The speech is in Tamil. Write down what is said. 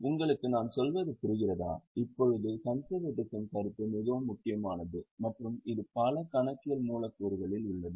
உங்களுக்கு நான் சொல்வது புரிகிறதா இப்போது கன்செர்வேட்டிசம் கருத்து மிகவும் முக்கியமானது மற்றும் இது பல கணக்கியல் மூலக்கூறுகளில் உள்ளது